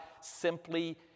simply